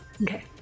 Okay